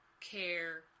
care